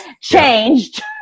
changed